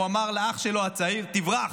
הוא אמר לאח שלו הצעיר: תברח.